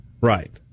Right